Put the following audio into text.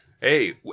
Hey